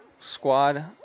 squad